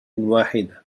واحدة